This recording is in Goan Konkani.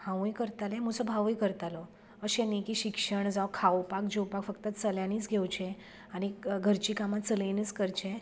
हांवूय करतालें म्हुजो भावूय करतालो अशें न्ही की शिक्षण जावं खावपाक जेंवपाक फक्त चल्यांनीच घेवचे आनी घरची कामां चलेनीच करचें